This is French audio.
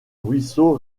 ruisseau